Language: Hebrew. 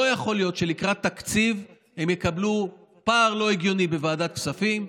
לא יכול להיות שלקראת תקציב הם יקבלו פער לא הגיוני בוועדת הכספים,